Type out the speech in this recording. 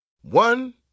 One